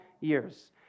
years